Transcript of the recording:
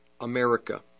America